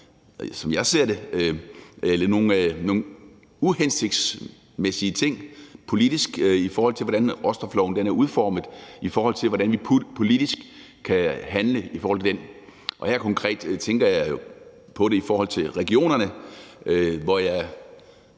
som jeg ser det, uhensigtsmæssige ting politisk, i forhold til hvordan råstofloven er udformet, i forhold til hvordan vi politisk kan handle. Her tænker jeg konkret på det i forhold til regionerne, hvor jeg,